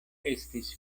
estis